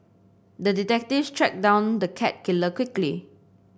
the detective tracked down the cat killer quickly